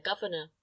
governor